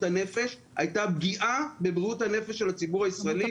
הנופש הייתה פגיעה בבריאות הנפש של הציבור הישראלי.